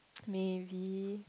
maybe